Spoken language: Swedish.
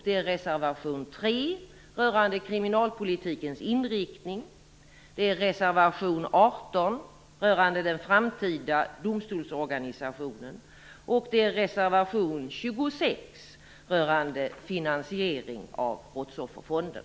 Det är reservation 3 rörande kriminalpolitikens inriktning, reservation 18 rörande den framtida domstolsorganisationen och reservation 26 rörande finansiering av Brottsofferfonden.